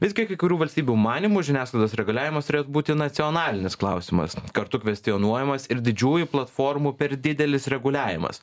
visgi kai kurių valstybių manymu žiniasklaidos reguliavimas turėtų būti nacionalinis klausimas kartu kvestionuojamas ir didžiųjų platformų per didelis reguliavimas